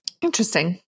Interesting